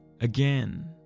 Again